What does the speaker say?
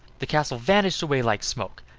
the castle vanished away like smoke,